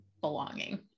belonging